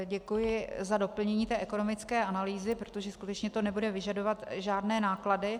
Děkuji za doplnění té ekonomické analýzy, protože skutečně to nebude vyžadovat žádné náklady.